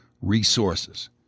resources